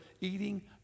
eating